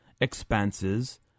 expenses